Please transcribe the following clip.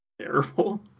Terrible